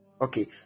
okay